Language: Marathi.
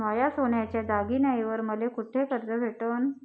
माया सोन्याच्या दागिन्यांइवर मले कुठे कर्ज भेटन?